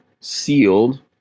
sealed